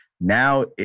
Now